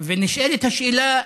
ונשאלת השאלה: